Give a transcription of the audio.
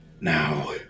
Now